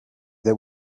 that